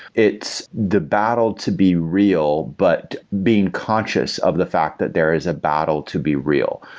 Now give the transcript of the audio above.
it's the battle to be real, but being conscious of the fact that there is a battle to be real.